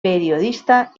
periodista